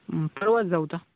परवाच जाऊता